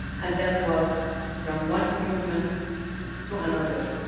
and that was from one human to another.